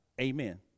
Amen